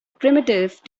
primitive